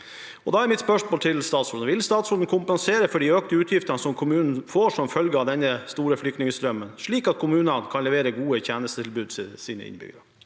Da er mitt spørsmål til statsråden: Vil statsråden kompensere for de økte utgiftene kommunene får som følge av denne store flyktningstrømmen, slik at kommunene kan levere gode tjenestetilbud til sine innbyggere?